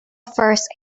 first